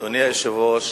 אדוני היושב-ראש,